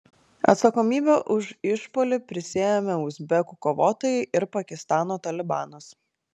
atsakomybę už išpuolį prisiėmė uzbekų kovotojai ir pakistano talibanas